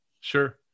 sure